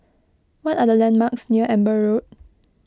what are the landmarks near Amber Road